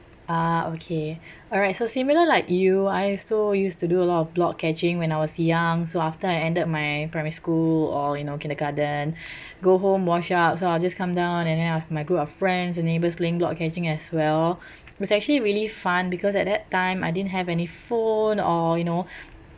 ah okay all right so similar like you I also used to do a lot of block catching when I was young so after I ended my primary school or you know kindergarten go home wash up so I'll just come down and then ah my group of friends and neighbours playing block catching as well it was actually really fun because at that time I didn't have any phone or you know